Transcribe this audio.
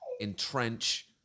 entrench